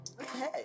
Okay